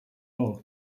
all